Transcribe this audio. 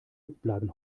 bleiben